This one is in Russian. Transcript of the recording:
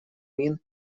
мин